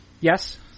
Yes